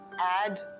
add